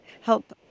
help